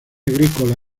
agrícola